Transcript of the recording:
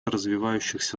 развивающихся